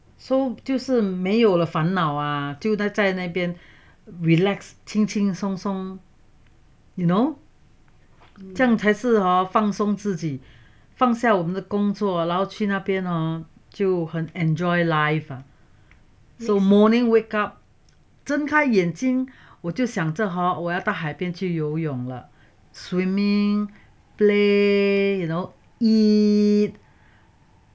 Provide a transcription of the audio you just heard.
so 就是没有了烦恼啊就呆在那边 relax 轻轻松松 you know 这样才是放松自己放下我们的工作然后去那边 hor 就很 enjoy life so morning wake up 睁开眼睛我就想着我要到大海去游泳了 swimming play you know eat